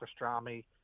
pastrami